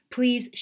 Please